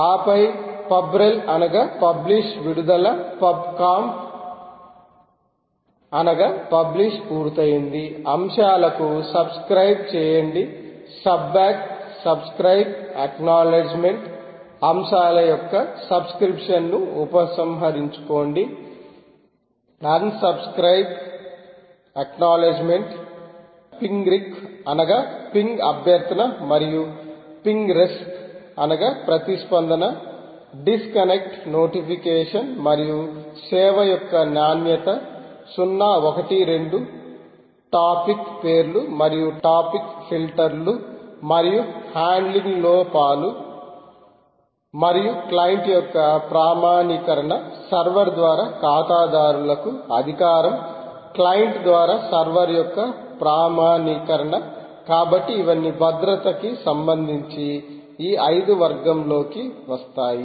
ఆపై పబ్రెల్ అనగా పబ్లిష్విడుదల పబ్ కంప్ అనగా పబ్లిష్ పూర్తయింది అంశాలకు సబ్స్క్రయిబ్చేయండి సబ్ బ్యాక్ సబ్స్క్రయిబ్ అక్నౌలెడ్జిమెంట్ అంశాల యొక్క సబ్స్క్రిప్షన్ ను ఉపసంహరించుకొండి అన్సబ్స్క్రయిబ్ అక్నౌలెడ్జిమెంట్ పిన్గ్రెక్ అనగా పింగ్ అభ్యర్థన మరియు పింగ్రెస్ప్ అనగా ప్రతిస్పందన డిస్కనెక్ట్ నోటిఫికేషన్ మరియు సేవ యొక్క నాణ్యత 0 1 2 టాపిక్ పేర్లు మరియు టాపిక్ ఫిల్టర్లు మరియు హ్యాండ్లింగ్ లోపాలు మరియు క్లయింట్ల యొక్క ప్రామాణీకరణ సర్వర్ ద్వారా ఖాతాదారులకు అధికారం క్లయింట్ ద్వారా సర్వర్ యొక్క ప్రామాణీకరణ కాబట్టి ఇవన్నీ భద్రత కి సంబంధించి ఈ 5 వర్గంలోకి వస్తాయి